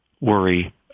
worry